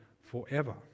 forever